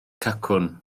cacwn